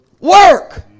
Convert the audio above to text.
work